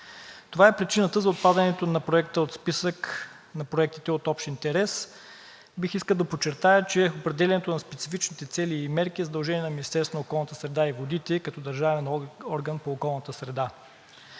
Това е причината за отпадането на Проекта от списъка на проектите от общ интерес. Бих искал да подчертая, че определянето на специфичните цели и мерки е задължение на Министерството на околната среда